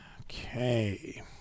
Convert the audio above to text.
Okay